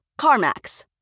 CarMax